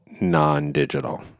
non-digital